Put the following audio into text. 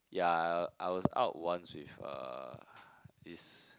yeah I I was out once with uh this